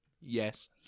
Yes